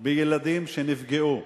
בילדים שנפגעו.